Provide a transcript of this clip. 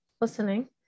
listening